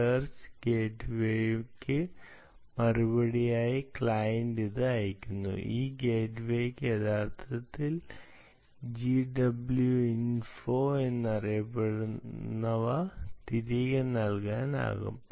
search ഗേറ്റ്വേയ്ക്ക് മറുപടിയായി client ഇത് അയയ്ക്കുന്നു ഈ ഗേറ്റ്വേയ്ക്ക് യഥാർത്ഥത്തിൽ GW Info എന്നറിയപ്പെടുന്നവ തിരികെ നൽകാനാകും